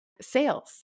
sales